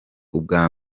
ubwa